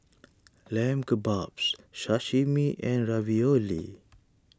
Lamb Kebabs Sashimi and Ravioli